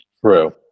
True